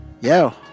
yo